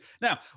Now